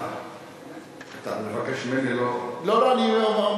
אתה מבקש ממני לא, לא, לא.